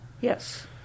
Yes